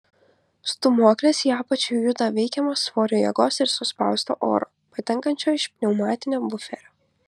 stūmoklis į apačią juda veikiamas svorio jėgos ir suspausto oro patenkančio iš pneumatinio buferio